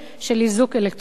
של איזוק אלקטרוני.